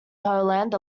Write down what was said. poland